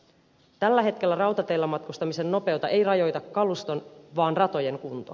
tällä hetkellä rautateillä matkustamisen no peutta ei rajoita kaluston vaan ratojen kunto